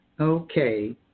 Okay